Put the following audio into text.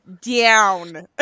down